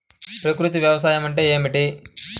ప్రకృతి వ్యవసాయం అంటే ఏమిటి?